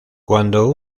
cuando